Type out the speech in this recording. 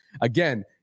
again